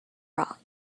rock